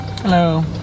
Hello